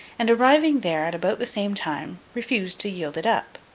and, arriving there at about the same time, refused to yield it up.